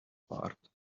part